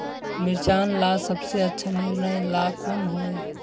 मिर्चन ला सबसे अच्छा निर्णय ला कुन होई?